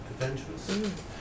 adventurous